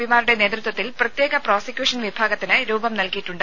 പിമാരുടെ നേതൃത്വത്തിൽ പ്രത്യേക പ്രോസിക്യൂഷൻ വിഭാഗത്തിന് രൂപം നൽകിയിട്ടുണ്ട്